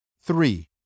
Three